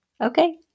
Okay